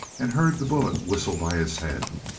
and heard the bullet whistle by his head.